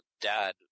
dad